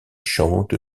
chante